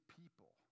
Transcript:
people